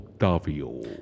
Octavio